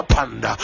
Panda